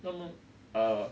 那么 err